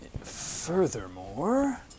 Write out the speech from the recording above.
Furthermore